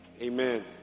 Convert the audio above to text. Amen